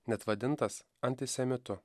net vadintas antisemitu